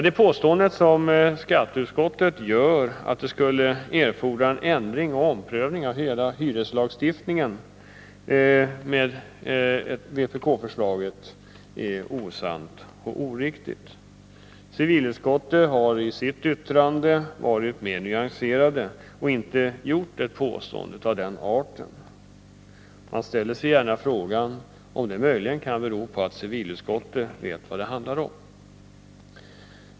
Det påstående som skatteutskottet gör, att vpk-förslaget skulle erfordra en ändring och omprövning av hela hyreslagstiftningen, är osant och oriktigt. Civilutskottet har i sitt yttrande varit mer nyanserat och inte gjort ett påstående av den arten. Man ställer sig gärna frågan om det möjligen kan bero på att civilutskottet vet vad det handlar om.